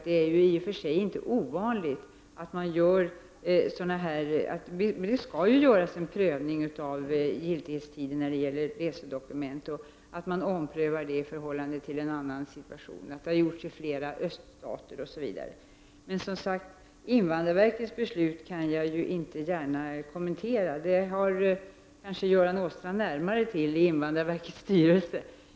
Det är också viktigt att understryka att det skall göras en prövning av giltighetstiden när det gäller resedokument och att man skall ompröva detta i förhållande till en annan situation. Detta har gjorts beträffande flera öststater. Som sagt: Jag kan ju inte gärna kommentera invandrarverkets beslut. Det ligger närmare till hands att Göran Åstrand tar upp frågan i invandrarverkets styrelse.